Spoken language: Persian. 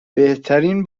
بهترین